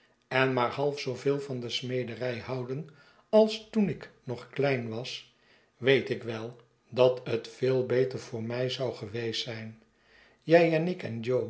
en maar halfzooveei van de smederij hoaden als toen ik nog klein was weet ik wel dat het veel beter voor mij zougeweest zijn jij en ik en jo